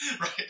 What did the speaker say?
Right